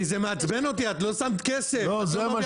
כי זה מעצבן אותי, את לא שמת כסף מהבית.